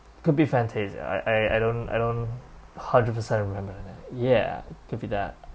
could be fantasia I I don't I don't a hundred percent remember the name ya could be that